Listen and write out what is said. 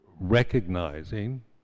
recognizing